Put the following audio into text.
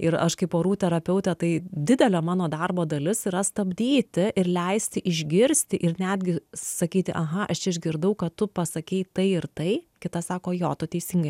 ir aš kai porų terapeutė tai didelė mano darbo dalis yra stabdyti ir leisti išgirsti ir netgi sakyti aha aš čia išgirdau kad tu pasakei tai ir tai kitas sako jo tu teisingai